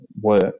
work